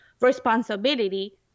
responsibility